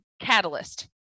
catalyst